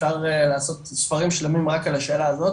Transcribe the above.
אפשר לעשות ספרים שלמים רק על השאלה הזאת